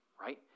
right